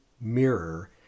mirror